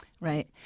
Right